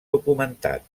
documentat